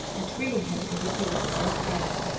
and treating him as if he was an old friend.